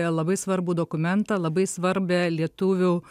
labai svarbų dokumentą labai svarbią lietuvių